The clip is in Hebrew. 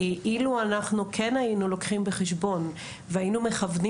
אילו היינו לוקחים בחשבון והיינו מכוונים